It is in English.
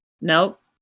Nope